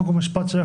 חוק ומשפט.